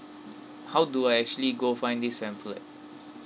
how do I actually go find this pamphlet